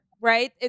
right